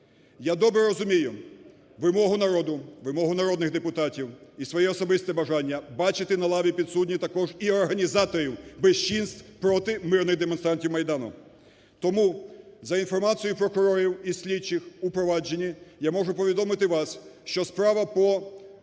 Я добре розумію вимогу народу, вимогу народних депутатів і своє особисте бажання бачити на лаві підсудних також і організаторів безчинств проти мирних демонстрантів Майдану. Тому за інформацією прокурорів і слідчих у провадженні я можу повідомити вас, що справа по